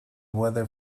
weather